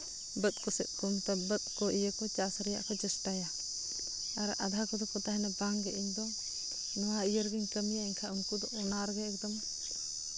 ᱵᱟᱹᱫᱽ ᱠᱚᱥᱮᱡ ᱠᱚ ᱵᱟᱹᱫᱽ ᱠᱚ ᱤᱭᱟᱹ ᱠᱚ ᱪᱟᱥ ᱨᱮᱭᱟᱜ ᱠᱚ ᱪᱮᱥᱴᱟᱭᱟ ᱟᱨ ᱟᱫᱷᱟ ᱠᱚᱫᱚ ᱠᱚ ᱛᱟᱦᱮᱱᱟ ᱵᱟᱝᱜᱮ ᱤᱧᱫᱚ ᱱᱚᱣᱟ ᱤᱭᱟᱹ ᱨᱮᱜᱮᱧ ᱠᱟᱹᱢᱤᱭᱟ ᱮᱱᱠᱷᱟᱡ ᱩᱱᱠᱩ ᱫᱚ ᱚᱱᱟ ᱨᱮᱜᱮ ᱮᱠᱫᱚᱢ